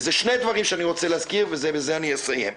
ואלה שני דברים שאני רוצה להזכיר ובזה אני אסיים.